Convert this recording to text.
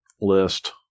list